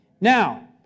Now